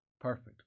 perfect